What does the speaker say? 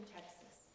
Texas